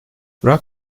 rock